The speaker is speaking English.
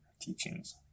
Teachings